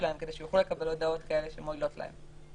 שלהם כדי שיוכלו לקבל הודעות כאלה שמועילות להם.